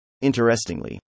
Interestingly